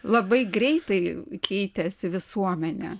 labai greitai keitėsi visuomenė